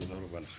תודה רבה לכם.